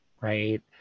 right